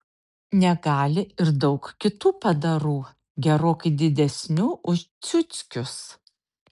negali ir daug kitų padarų gerokai didesnių už ciuckius